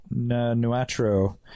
Nuatro